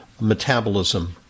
metabolism